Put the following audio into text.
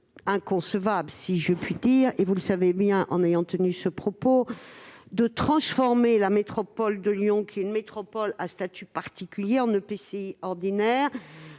inconcevable, si je puis dire, et vous le savez bien, de transformer la métropole de Lyon, qui est une métropole à statut particulier, en un EPCI ordinaire,